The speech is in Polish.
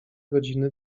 godziny